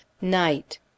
Night